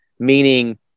Meaning